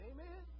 Amen